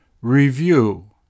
Review